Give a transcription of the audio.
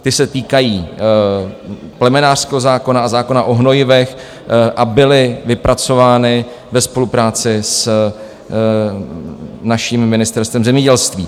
Ty se týkají plemenářského zákona a zákona o hnojivech a byly vypracovány ve spolupráci s naším Ministerstvem zemědělství.